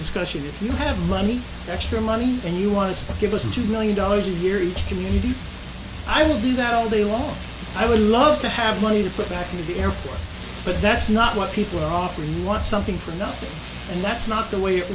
discussion if you have money extra money and you want to give us a two million dollars a year each community i will do that all day long i would love to have money to put back into the air force but that's not what people often want something for nothing and that's not the way it